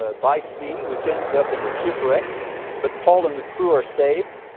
ah by sea, which ends up in a shipwreck but paul and the crew are saved,